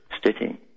stating